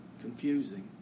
confusing